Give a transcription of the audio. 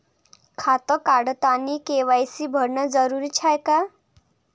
खातं काढतानी के.वाय.सी भरनं जरुरीच हाय का?